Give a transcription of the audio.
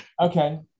Okay